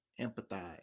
empathize